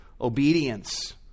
obedience